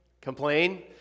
Complain